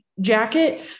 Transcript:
jacket